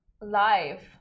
Live